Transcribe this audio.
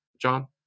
John